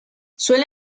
suele